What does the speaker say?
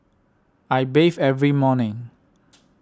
I bathe every morning